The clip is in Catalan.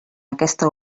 aquesta